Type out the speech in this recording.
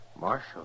Marshal